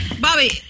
Bobby